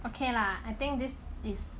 okay lah I think this is